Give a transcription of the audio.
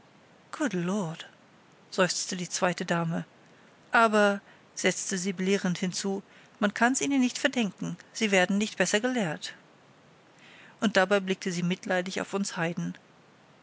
lord seufzte die zweite dame aber setzte sie belehrend hinzu man kann's ihnen nicht verdenken sie werden nicht besser gelehrt und dabei blickte sie mitleidig auf uns heiden